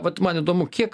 vat man įdomu kiek